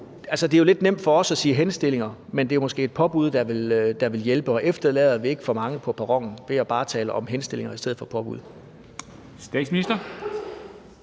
det er jo lidt nemt for os at komme med henstillinger, men det er måske et påbud, der vil hjælpe. Og efterlader vi ikke for mange på perronen ved bare at tale om henstillinger i stedet for påbud? Kl.